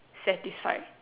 satisfied